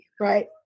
right